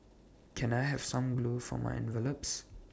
can I have some glue for my envelopes